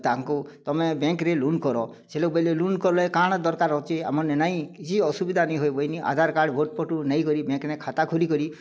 ତାଙ୍କୁ ତୁମେ ବ୍ୟାଙ୍କରେ ଲୋନ୍ କର ସେ ଲୋକ ବୋଇଲେ ଲୋନ୍ କଲେ କାଣ ଦରକାର ଅଛି ନାଇଁ କିଛି ଅସୁବିଧା ନାଇଁ ହଉନି ଆଧାର କାର୍ଡ଼ ଭୋଟଫୋଟ ନେଇକରି ବ୍ୟାଙ୍କ ନେ ଖାତା ଖୋଲି କରି